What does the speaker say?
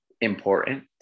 important